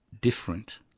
different